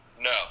No